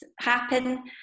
happen